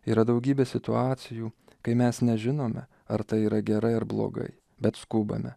yra daugybė situacijų kai mes nežinome ar tai yra gerai ar blogai bet skubame